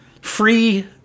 Free